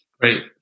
Great